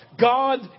God